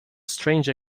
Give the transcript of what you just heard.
strange